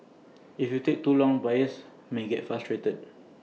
if you take too long buyers may get frustrated